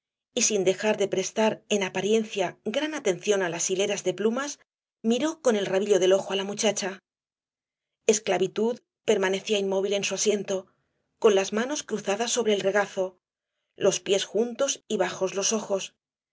y sin dejar de prestar en apariencia gran atención á las hileras de plumas miró con el rabillo del ojo á la muchacha esclavitud permanecía inmóvil en su asiento con las manos cruzadas sobre el regazo los piés juntos y bajos los ojos